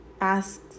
asks